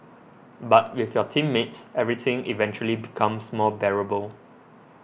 but with your teammates everything eventually becomes more bearable